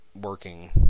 working